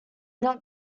not